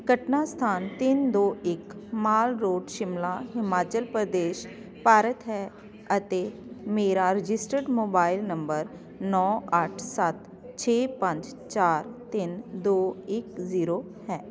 ਘਟਨਾ ਸਥਾਨ ਤਿੰਨ ਦੋ ਇੱਕ ਮਾਲ ਰੋਡ ਸ਼ਿਮਲਾ ਹਿਮਾਚਲ ਪ੍ਰਦੇਸ਼ ਭਾਰਤ ਹੈ ਅਤੇ ਮੇਰਾ ਰਜਿਸਟਰ ਮੋਬਾਇਲ ਨੰਬਰ ਨੌਂ ਅੱਠ ਸੱਤ ਛੇ ਪੰਜ ਚਾਰ ਤਿੰਨ ਦੋ ਇੱਕ ਜੀਰੋ ਹੈ